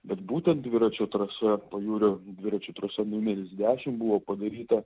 bet būtent dviračio trasa pajūrio dviračių trasa numeris dešim buvo padaryta